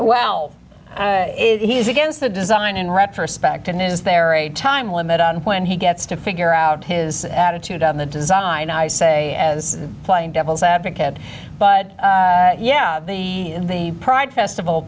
well he's against the design in retrospect and is there a time limit on when he gets to figure out his attitude on the design i say as playing devil's advocate but yeah the pride festival